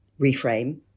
reframe